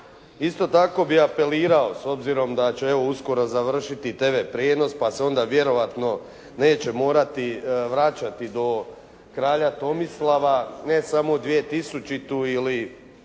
Isto tako bi apelirao s obzirom da će evo uskoro završiti TV prijenos pa se onda vjerojatno neće morati vraćati do Kralja Tomislava ne samo 2000. ili